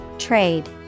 Trade